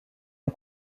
ont